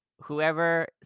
whoever